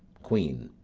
queen.